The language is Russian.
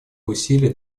усилия